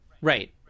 right